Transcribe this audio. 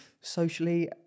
socially